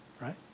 right